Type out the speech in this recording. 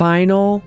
Final